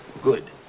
good